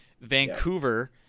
vancouver